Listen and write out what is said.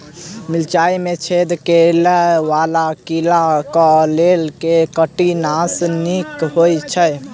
मिर्चाय मे छेद करै वला कीड़ा कऽ लेल केँ कीटनाशक नीक होइ छै?